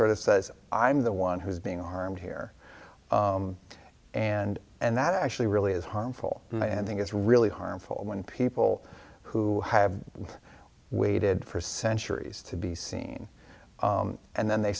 sort of says i'm the one who's being armed here and and that actually really is harmful and i think it's really harmful when people who have waited for centuries to be seen and then they